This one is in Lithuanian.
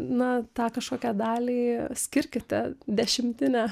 na tą kažkokią dalį skirkite dešimtinę